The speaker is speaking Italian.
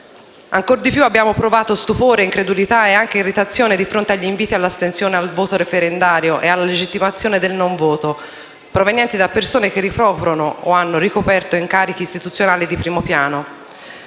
Ancor di più, abbiamo provato stupore, incredulità e anche irritazione di fronte agli inviti all'astensione dal voto referendario o alle legittimazioni del non voto, provenienti da persone che ricoprono o hanno ricoperto incarichi istituzionali di primo piano.